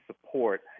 support